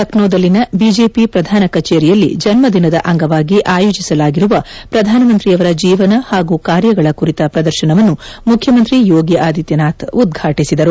ಲಕ್ಕೋದಲ್ಲಿನ BJP ಪ್ರಧಾನ ಕಛೇರಿಯಲ್ಲಿ ಜನ್ಮದಿನದ ಅಂಗವಾಗಿ ಆಯೋಜಿಸಲಾಗಿರುವ ಪ್ರಧಾನಮಂತ್ರಿಯವರ ಜೀವನ ಹಾಗೂ ಕಾರ್ಲಗಳ ಕುರಿತ ಪ್ರದರ್ಶನವನ್ನು ಮುಖ್ಯಮಂತ್ರಿ ಯೋಗಿ ಆದಿತ್ಯನಾಥ್ ಉದ್ಘಾಟಿಸಿದರು